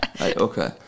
okay